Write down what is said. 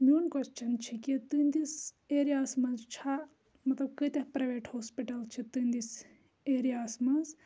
میون کۄسچَن چھُ کہِ تُہنٛدِس ایریا ہَس منٛز چھا مَطلَب کۭتیہِ پرَیویٹ ہاسپِٹَل چھِ تہنٛدِس ایریا ہَس منٛز